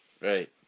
Right